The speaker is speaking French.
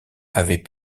avaient